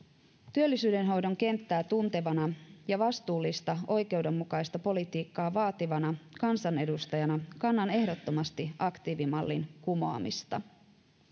työllisyyden hoidon kenttää tuntevana ja vastuullista oikeudenmukaista politiikkaa vaativana kansanedustajana kannatan ehdottomasti aktiivimallin kumoamista